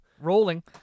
rolling